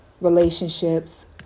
relationships